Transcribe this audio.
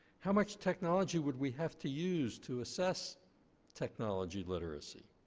how much technology would we have to use to assess technology literacy?